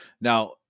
Now